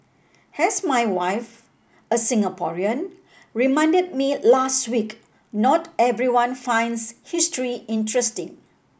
as my wife a Singaporean reminded me last week not everyone finds history interesting